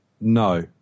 No